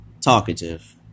talkative